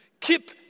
Keep